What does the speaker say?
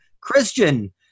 Christian